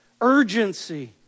Urgency